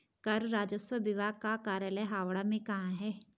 कर राजस्व विभाग का कार्यालय हावड़ा में कहाँ है?